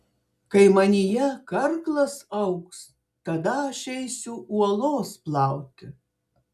kai manyje karklas augs tada aš eisiu uolos plauti